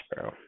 bro